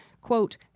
quote